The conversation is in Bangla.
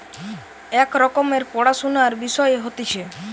এক রকমের পড়াশুনার বিষয় হতিছে